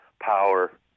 power